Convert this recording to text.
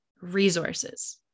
resources